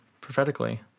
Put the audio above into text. prophetically